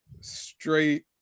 straight